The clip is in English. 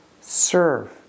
serve